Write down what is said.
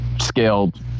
scaled